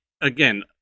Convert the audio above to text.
again